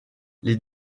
les